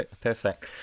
perfect